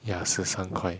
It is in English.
ya 十三块